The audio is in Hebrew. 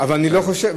אני לא חושב.